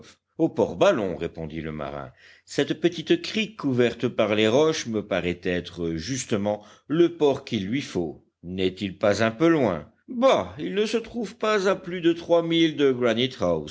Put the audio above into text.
au port ballon répondit le marin cette petite crique couverte par les roches me paraît être justement le port qu'il lui faut n'est-il pas un peu loin bah il ne se trouve pas à plus de trois milles de